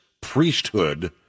priesthood